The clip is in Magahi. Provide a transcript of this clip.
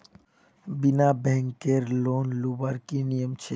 बिना बैंकेर लोन लुबार की नियम छे?